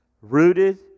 rooted